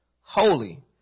holy